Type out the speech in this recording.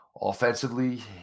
Offensively